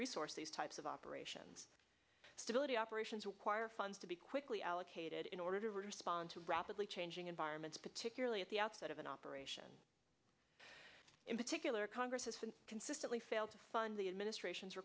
resource these types of operations stability operations require funds to be quickly allocated in order to respond to rapidly changing environments particularly at the outset of an operation in particular congress and consistently fail to fund the administration's